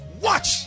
watch